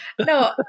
No